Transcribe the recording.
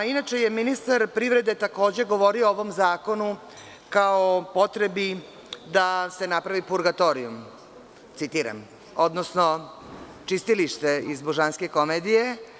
Inače je ministar privrede takođe govorio o ovom zakonu kao potrebi da se napravi purgatorijum, citiram, odnosno čistilište iz „Božanske komedije“